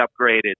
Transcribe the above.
upgraded